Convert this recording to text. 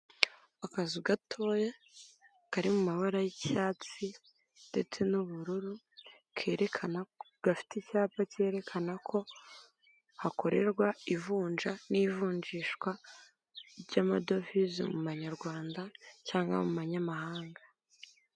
Akazu gatoya kari mu mabara y'icyatsi ndetse n'ubururu kerekana, gafite icyapa cyerekana ko hakorerwa ivunja n'ivunjishwa ry'amadovize mumanyarwanda cyangwa mu manyamahanga.